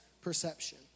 perception